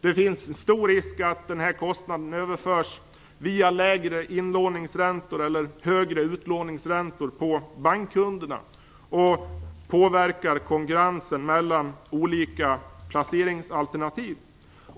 Det finns stor risk att den här kostnaden överförs på bankkunderna via lägre inlåningsräntor eller högre utlåningsräntor och att den påverkar konkurrensen mellan olika placeringsalternativ.